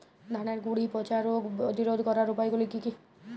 ধানের গুড়ি পচা রোগ প্রতিরোধ করার উপায়গুলি কি কি?